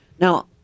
Now